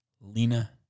Lena